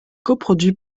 coproduit